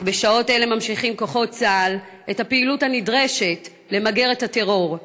אך בשעות אלה ממשיכים כוחות צה"ל את הפעילות הנדרשת כדי למגר את הטרור,